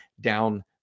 down